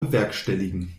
bewerkstelligen